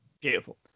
Beautiful